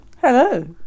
Hello